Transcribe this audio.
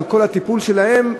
על כל הטיפול שלהם,